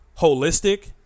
holistic